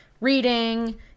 reading